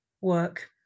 work